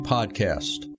Podcast